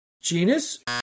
genus